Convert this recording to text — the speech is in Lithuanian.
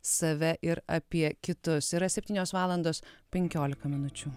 save ir apie kitus yra septynios valandos penkiolika minučių